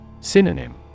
Synonym